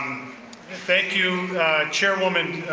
thank you chairwoman,